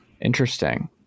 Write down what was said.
interesting